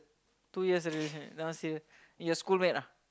two years relation~ that one serious your schoolmate ah